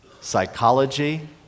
psychology